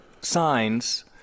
signs